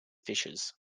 fishes